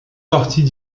parties